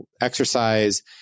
exercise